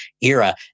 era